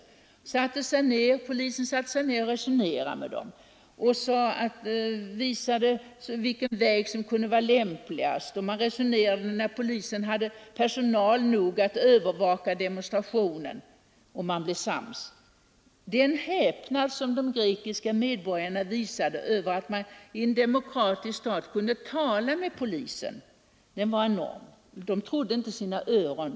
Då satte sig polisen ned och resonerade med dem, visade vilken väg som kunde vara den lämpligaste och talade om när polisen hade personal tillgänglig för att övervaka demonstrationen. Man blev sams. Den häpnad som de grekiska medborgarna då visade över att man i en demokratisk stat kunde tala med polisen var enorm; de trodde inte sina öron.